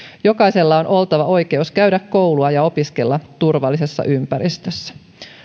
jokaisella on oltava oikeus käydä koulua ja opiskella turvallisessa ympäristössä